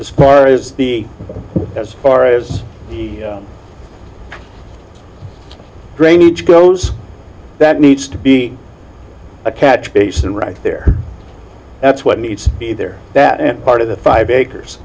as far as as far as the drainage goes that needs to be a catch basin right there that's what needs to be there that part of the five acres